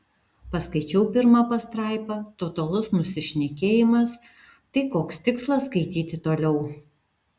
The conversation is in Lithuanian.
paskaičiau pirmą pastraipą totalus nusišnekėjimas tai koks tikslas skaityti toliau